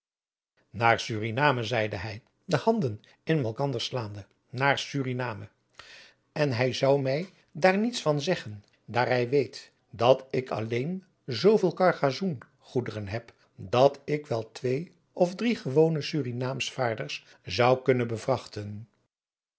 naar suriname zeide hij de handen in malkander slaande naar suriname en hij zou mij daar niets van zeggen daar hij weet dat ik alleen zooveel cargasoen goederen heb dat ik wel twee of drie gewone surinaams vaarders zou kunnen bevrachten